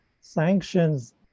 sanctions